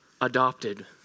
adopted